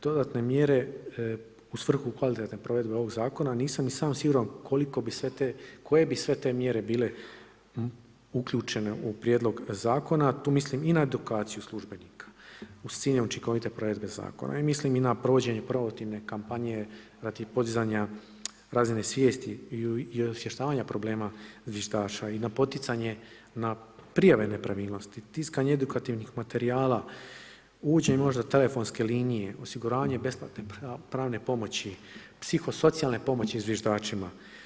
Dodatne mjere u svrhu kvalitetnog provedbe ovog zakona, nisam ni sam siguran, koje bi sve te mjere bile uključene u prijedlog zakona, tu mislim i na edukaciju službenika s ciljem učinkovite provedbe zakona i mislim i na provođenje promotivne kampanje, podizanja razine svijesti i osvještavanje problema zviždaša i na poticanje, na prijave nepravilnosti, tiskanje edukativnih materijala, uvođenje možda telefonske linije, osiguranje besplatne pravne pomoći, psihosocijalne pomoći zviždačima.